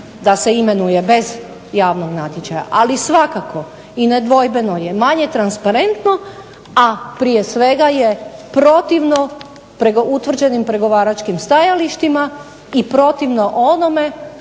da se imenuje bez javnog natječaja, ali svakako i nedvojbeno je manje transparentno, a prije svega je protivno utvrđenim pregovaračkim stajalištima i protivno onome